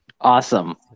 Awesome